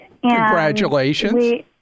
Congratulations